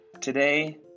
today